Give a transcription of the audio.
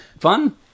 Fun